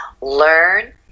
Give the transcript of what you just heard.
learn